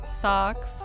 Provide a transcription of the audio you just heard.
socks